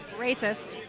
Racist